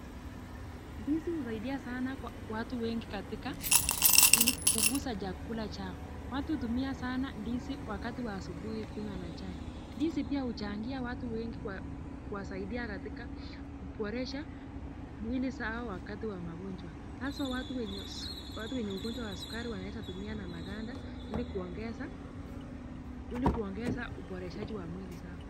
Ndizi husaidia sanaa watu wengi katika ili kuuza chakula chao. Watu hutumia sanaa ndizi wakati wa asubuhi kunywa na chai. Ndizi pia huchangia watu wengi huwasaidia katika kuboresha mwili zao wakati wa magonjwa. Hasa watu wenye ugonjwa wa sukari wanaeza tumiwaa ili kuongeza uboreshaji wa mili zao.